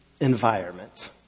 environment